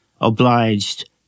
obliged